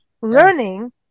learning